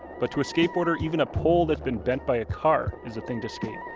but to a skateboarder, even a pole that's been bent by a car is a thing to skate.